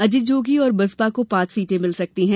अजीत जोगी और बसपा को पांच सीटें मिल सकती हैं